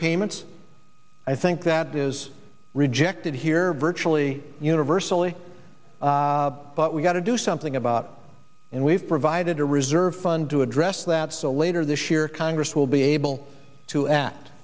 payments i think that is rejected here virtually universally but we've got to do something about it and we've provided a reserve fund to address that so later this year congress will be able to a